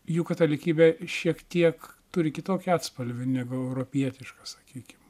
juk katalikybė šiek tiek turi kitokį atspalvį negu europietiškas sakykim